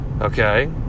Okay